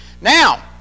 Now